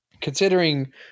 considering